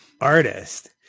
artist